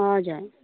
हजुर